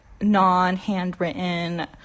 non-handwritten